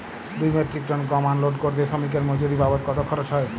দুই metric ton গম unload করতে শ্রমিক এর মজুরি বাবদ কত খরচ হয়?